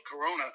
corona